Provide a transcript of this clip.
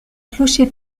clocher